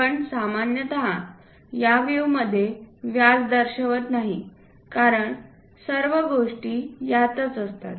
आपण सामान्यत या व्हिवमध्ये व्यास दर्शवित नाही कारण सर्व गोष्टी यातच असतात